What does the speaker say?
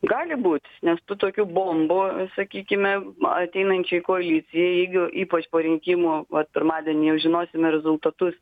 gali būt nes tų tokių bombų sakykime ateinančiai koalicijai jeigu ypač po rinkimų vat pirmadienį jau žinosime rezultatus